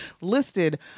Listed